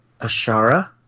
Ashara